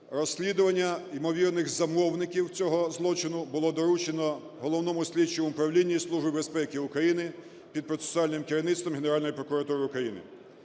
Розслідування ймовірних замовників цього злочину було доручено Головному слідчому управлінню Служби безпеки України під процесуальним керівництвом Генеральної прокуратури України.